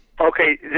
Okay